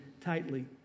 tightly